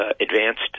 advanced